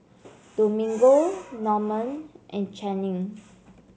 Domingo Norman and Channing